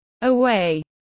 away